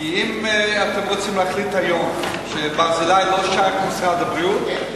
כי אם אתם רוצים להחליט היום ש"ברזילי" לא שייך למשרד הבריאות,